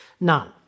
None